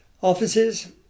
offices